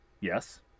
Yes